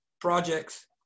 projects